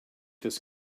this